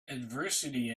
adversity